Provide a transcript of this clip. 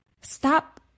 stop